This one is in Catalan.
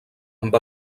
amb